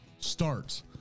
Starts